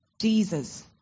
Jesus